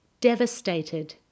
Devastated